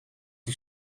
die